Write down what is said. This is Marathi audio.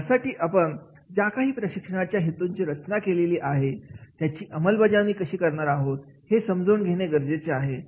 यासाठी आपण ज्या काही प्रशिक्षणाच्या हेतूची रचना केलेली आहे त्यांची अंमलबजावणी कशी करणार आहोत हे समजून घेणे गरजेचे आहे